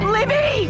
Libby